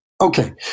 Okay